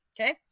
Okay